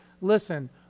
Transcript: Listen